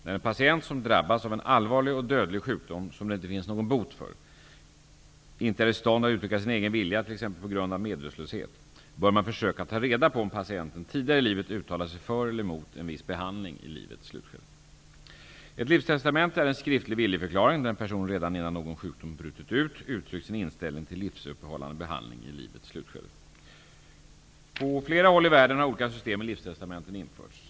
När en patient som drabbats av en allvarlig och dödlig sjukdom som det inte finns något bot för, inte är i stånd att uttrycka sin egen vilja t.ex. på grund av medvetslöshet, bör man försökta ta reda på om patienten tidigare i livet uttalat sig för eller emot en viss behandling i livets slutskede. Ett livstestamente är en skriftlig viljeförklaring där en person redan innan någon sjukdom brutit ut uttryckt sin inställning till livsuppehållande behandling i livets slutskede. På flera håll i världen har olika system med livstestamenten införts.